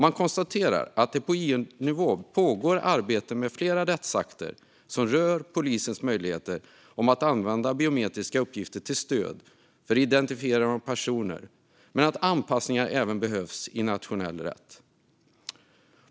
Man konstaterar att det på EU-nivå pågår arbete med flera rättsakter som rör polisens möjligheter att använda biometriska uppgifter till stöd för identifiering av personer men att anpassningar behövs även i nationell rätt.